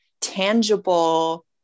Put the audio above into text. tangible